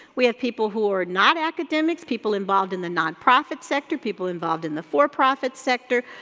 we have people who are not academics, people involved in the nonprofit sector, people involved in the for-profit sector,